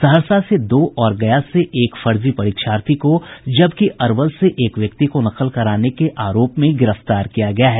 सहरसा से दो और गया से एक फर्जी परीक्षार्थी को जबकि अरवल से एक व्यक्ति को नकल कराने के आरोप में गिरफ्तार किया गया है